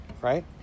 Right